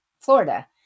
Florida